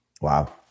Wow